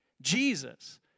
Jesus